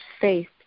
faith